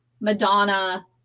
Madonna